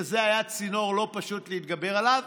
וזה היה צינור לא פשוט להתגבר עליו,